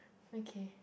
okay